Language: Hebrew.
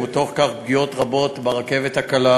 ובתוך כך פגיעות רבות ברכבת הקלה,